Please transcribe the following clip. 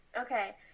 Okay